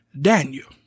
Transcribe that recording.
Daniel